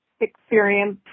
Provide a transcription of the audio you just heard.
experience